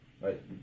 right